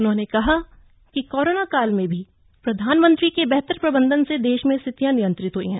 उन्होंने कहा कि कोरोना काल में भी प्रधानमन्त्री के बेहतर प्रबंधन से देश में स्थितियां नियंत्रित हुई हैं